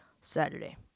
saturday